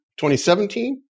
2017